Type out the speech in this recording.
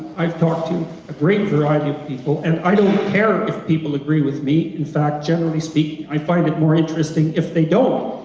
i've talked to a great variety of people, and i don't care if people agree with me, in fact, generally speaking, i find it more interesting if they don't,